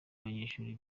abanyeshuri